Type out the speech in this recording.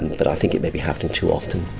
but i think it may be happening too often.